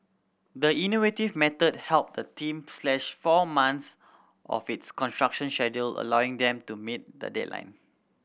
the innovative method helped the team slash four months off its construction schedule allowing them to meet the deadline